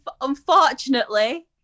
unfortunately